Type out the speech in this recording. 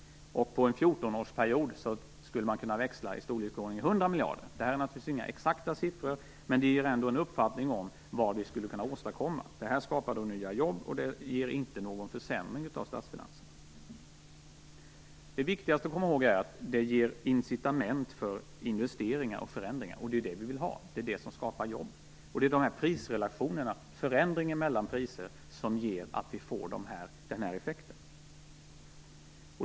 På en 14 årsperiod skulle man kunna växla i storleksordningen 100 miljarder. Det här är naturligtvis inga exakta siffror, men de ger ändå en uppfattning om vad vi skulle kunna åstadkomma. Det här skapar nya jobb, och det ger inte någon försämring av statsfinanserna. Det viktigaste att komma ihåg är att detta ger incitament för investeringar och förändringar, och det är ju det vi vill ha. Det är det som skapar jobb. Det är dessa prisrelationer, förändringen mellan priser, som ger den här effekten.